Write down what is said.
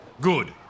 Good